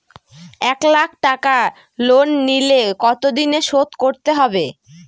এক লাখ টাকা লোন নিলে কতদিনে শোধ করতে হবে?